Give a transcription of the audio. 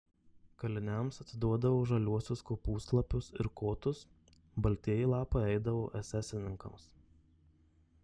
kaliniams atiduodavo žaliuosius kopūstlapius ir kotus baltieji lapai eidavo esesininkams